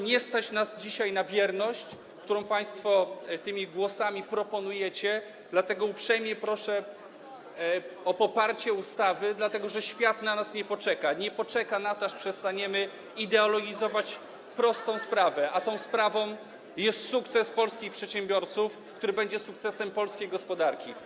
Nie stać nas dzisiaj na bierność, którą państwo w tych głosach proponujecie, dlatego uprzejmie proszę o poparcie ustawy, dlatego że świat na nas nie poczeka, nie poczeka na to, aż przestaniemy ideologizować prostą sprawę, a tą sprawą jest sukces polskich przedsiębiorców, który będzie sukcesem polskiej gospodarki.